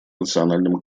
национальном